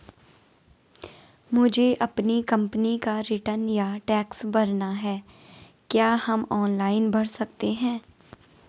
मुझे अपनी कंपनी का रिटर्न या टैक्स भरना है क्या हम ऑनलाइन भर सकते हैं?